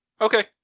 Okay